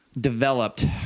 Developed